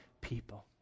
people